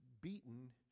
beaten